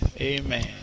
amen